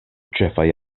ĉefaj